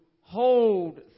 hold